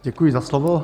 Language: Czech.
Děkuji za slovo.